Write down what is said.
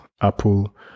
Apple